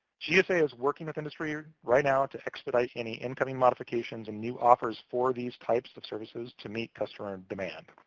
gsa is working with industry right now to expedite any incoming modifications and new offers for these types of services to meet customer demand.